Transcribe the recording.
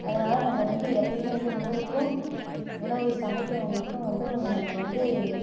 அதனால் நம்ம வந்து எப்பவுமே வந்து உணவுக்கும் உணவு சமைக்கிறவங்களுக்கும் வந்து நம்ம வந்து